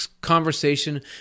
conversation